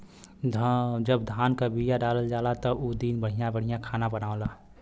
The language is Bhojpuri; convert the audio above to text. जब धान क बिया डालल जाला त उ दिन बढ़िया बढ़िया खाना बनला